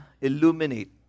illuminate